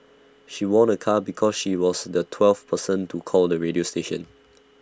she won A car because she was the twelfth person to call the radio station